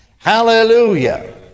Hallelujah